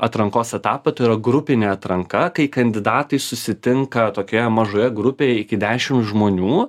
atrankos etapą tai yra grupinė atranka kai kandidatai susitinka tokioje mažoje grupėj iki dešim žmonių